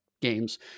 games